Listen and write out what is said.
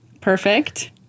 Perfect